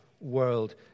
world